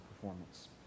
performance